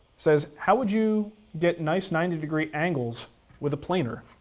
says, how would you get nice ninety degree angles with a planer?